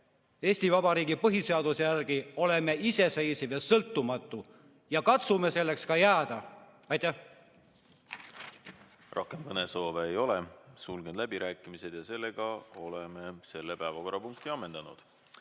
Eesti Vabariigi põhiseaduse järgi oleme iseseisev ja sõltumatu. Katsume selleks ka jääda! Aitäh!